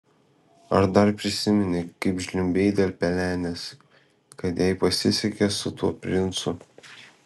ar dar prisimeni kaip žliumbei dėl pelenės kad jai pasisekė su tuo princu